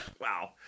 Wow